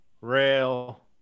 rail